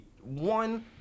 one